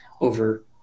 over